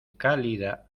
cálida